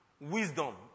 Wisdom